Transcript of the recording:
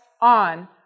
on